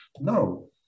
No